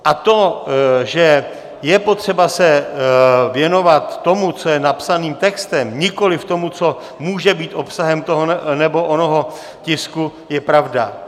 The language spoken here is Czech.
A to, že je potřeba se věnovat tomu, co je napsaným textem, nikoli tomu, co je může být obsahem toho nebo onoho tisku, je pravda.